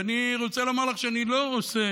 ואני רוצה לומר לכם שאני לא רוצה